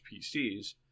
PCs